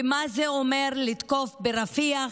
ומה זה אומר לתקוף ברפיח,